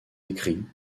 écrits